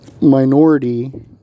minority